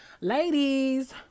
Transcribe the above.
ladies